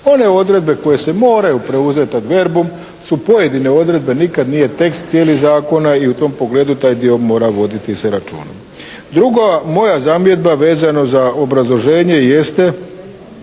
One odredbe koje se moraju preuzeti ad verbum su pojedine odredbe, nikad nije tekst cijeli zakona i u tom pogledu taj dio mora voditi se računa. Druga moja zamjedba vezano za obrazloženje jeste